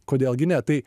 kodėl gi ne tai